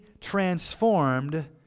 transformed